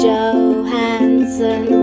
Johansson